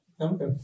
Okay